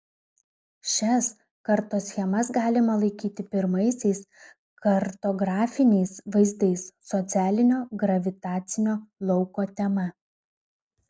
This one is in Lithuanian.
šias kartoschemas galima laikyti pirmaisiais kartografiniais vaizdais socialinio gravitacinio lauko tema